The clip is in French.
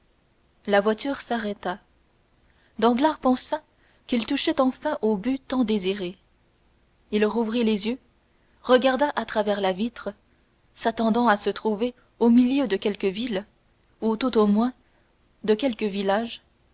la voiture s'arrêta danglars pensa qu'il touchait enfin au but tant désiré il rouvrit les yeux regarda à travers la vitre s'attendant à se trouver au milieu de quelque ville ou tout au moins de quelque village